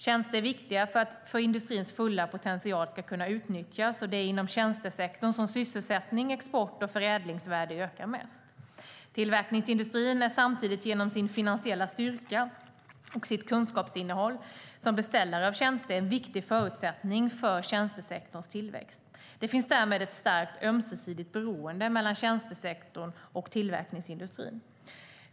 Tjänster är viktiga för att industrins fulla potential ska kunna utnyttjas, och det är inom tjänstesektorn som sysselsättning, export och förädlingsvärde ökar mest. Tillverkningsindustrin är samtidigt genom sin finansiella styrka och sitt kunskapsinnehåll som beställare av tjänster en viktig förutsättning för tjänstesektorns tillväxt. Det finns därmed ett starkt ömsesidigt beroende mellan tjänstesektorn och tillverkningsindustrin.